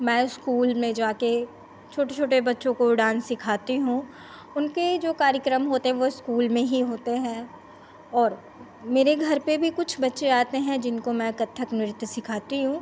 मैं इस्कूल में जाकर छोटे छोटे बच्चों को डान्स सिखाती हूँ उनके जो कार्यक्रम होते हैं वह इस्कूल में ही होते हैं और मेरे घर पर भी कुछ बच्चे आते हैं जिनको मैं कत्थक नृत्य सिखाती हूँ